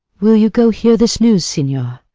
will you go hear this news, signior?